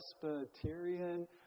Presbyterian